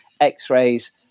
x-rays